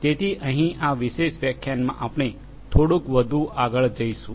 તેથી અહીં આ વિશેષ વ્યાખ્યાનમાં આપણે થોડુંક વધુ આગળ જઇશું